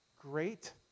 great